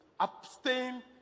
abstain